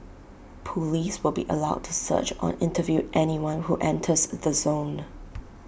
Police will be allowed to search or interview anyone who enters the zone